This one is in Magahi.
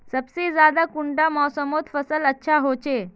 सबसे ज्यादा कुंडा मोसमोत फसल अच्छा होचे?